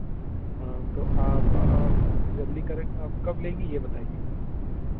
हाँ तो आप जल्दी करें आप कब लेंगी यह बताइए